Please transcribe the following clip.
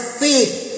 faith